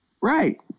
Right